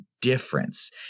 difference